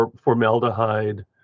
formaldehyde